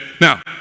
Now